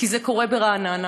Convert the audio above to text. כי זה קורה ברעננה,